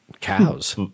cows